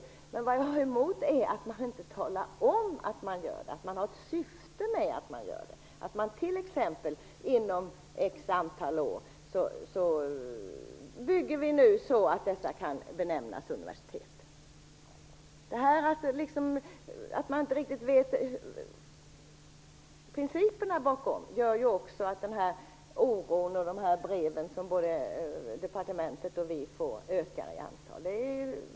Däremot är jag emot att man inte talar om att man har ett syfte med det, t.ex. att man nu bygger upp dessa filialer så att de inom ett antal år skall kunna benämnas universitet. Att folk inte vet vilka principerna bakom detta är gör att oron blir större och de brev som vi alla får ökar i antal.